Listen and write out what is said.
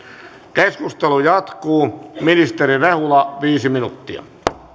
keskustelu jatkuu ministeri rehula viisi minuuttia